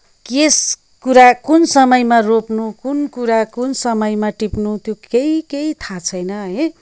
के कुरा कुन समयमा रोप्नु कुन कुरा कुन समयमा टिप्नु त्यो केही केही थाह छैन है